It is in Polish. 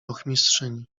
ochmistrzyni